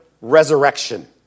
resurrection